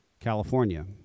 California